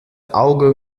auge